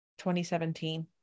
2017